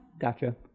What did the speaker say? Gotcha